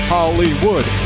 Hollywood